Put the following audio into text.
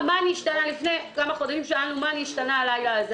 לפני כמה חודשים שאלנו "מה נשתנה הלילה הזה".